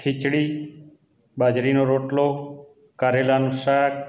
ખીચડી બાજરીનો રોટલો કારેલાનું શાક